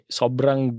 sobrang